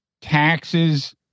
taxes